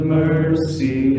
mercy